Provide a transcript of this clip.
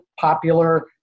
popular